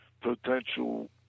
potential